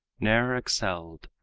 ne'er excelled.